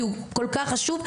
כי הוא כל כך חשוב,